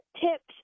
tips